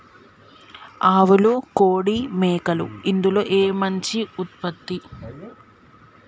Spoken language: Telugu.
ఆవులు కోడి మేకలు ఇందులో ఏది మంచి ఉత్పత్తి?